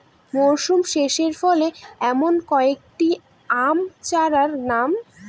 মরশুম শেষে ফলে এমন কয়েক টি আম চারার নাম?